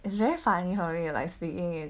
it's very funny I realised speaking